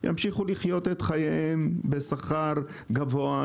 ימשיכו לחיות את חייהם בשכר גבוה,